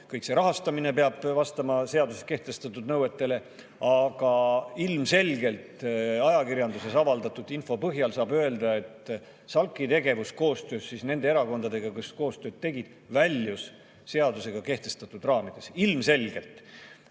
raames ja rahastamine peab vastama seaduses kehtestatud nõuetele. Aga ilmselgelt saab ajakirjanduses avaldatud info põhjal öelda, et SALK-i tegevus koos nende erakondadega, kes koostööd tegid, väljus seadusega kehtestatud raamidest, ilmselgelt.